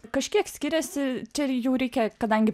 kažkiek skiriasi čia jau reikia kadangi